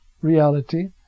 reality